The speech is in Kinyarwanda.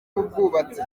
w’ubwubatsi